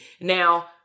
Now